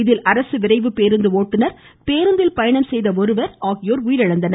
இதில் அரசு விரைவு பேருந்து ஒட்டுனர் பேருந்தில் பயணம் செய்த ஒருவர் உயிரிழந்தனர்